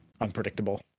unpredictable